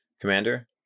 Commander